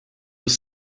was